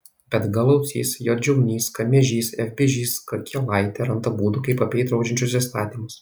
bet g laucys j žiaunys k miežys f bižys k kielaitė randa būdų kaip apeit draudžiančius įstatymus